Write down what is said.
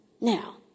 Now